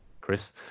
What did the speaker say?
Chris